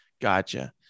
Gotcha